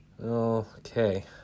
Okay